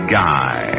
guy